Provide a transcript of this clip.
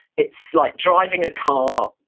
it's like driving a car,